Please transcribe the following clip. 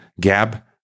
Gab